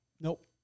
Nope